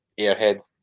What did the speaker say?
airhead